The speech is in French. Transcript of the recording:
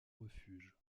refuge